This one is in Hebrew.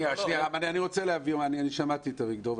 אני שמעתי את אביגדור,